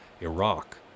Iraq